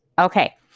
Okay